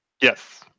Yes